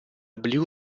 blue